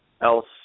else